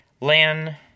Lan